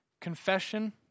confession